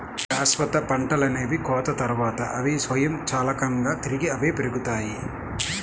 శాశ్వత పంటలనేవి కోత తర్వాత, అవి స్వయంచాలకంగా తిరిగి అవే పెరుగుతాయి